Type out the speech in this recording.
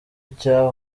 cya